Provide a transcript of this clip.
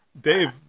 Dave